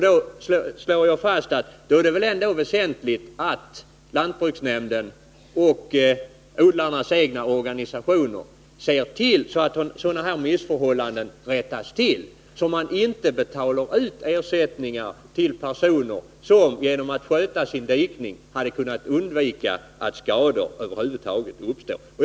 Då är det väl ändå väsentligt att lantbruksnämnden och odlarnas egna organisationer ser till att sådana missförhållanden rättas till, så att det inte betalas ut ersättning till personer som genom att sköta sin dikning hade kunnat undvika att skador över huvud taget uppstått.